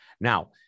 Now